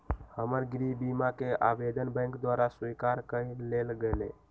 हमर गृह बीमा कें आवेदन बैंक द्वारा स्वीकार कऽ लेल गेलय